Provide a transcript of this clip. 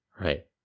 right